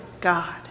God